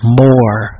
more